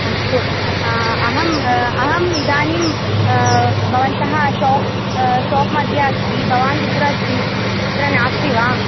अस्तु अहम् अहम् इदानीं भवन्तः शोप् शोप् मध्ये अस्ति भवान् कुत्र अस्ति तत्र नास्ति वा